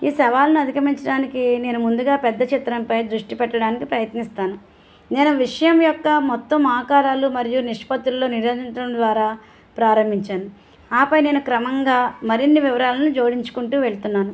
ఈ సవాళ్ళను అధిగమించడానికి నేను ముందుగా పెద్ద చిత్రంపై దృష్టి పెట్టడానికి ప్రయత్నిస్తాను నేను విషయం యొక్క మొత్తం ఆకారాలు మరియు నిష్పత్తుల్లో నిర్వహించడం ద్వారా ప్రారంభించాను ఆపై నేను క్రమంగా మరిన్ని వివరాలను జోడించుకుంటూ వెళుతున్నాను